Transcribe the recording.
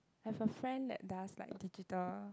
have a friend that does like digital